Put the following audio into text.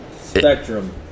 spectrum